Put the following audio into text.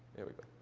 there we go.